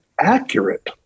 accurate